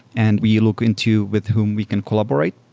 and we look into with whom we can collaborate.